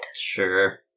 Sure